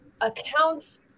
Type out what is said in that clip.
accounts